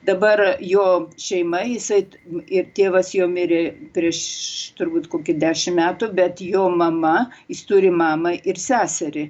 dabar jo šeima jisai ir tėvas jo mirė prieš turbūt kokį dešim metų bet jo mama jis turi mamą ir seserį